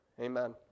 Amen